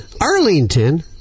Arlington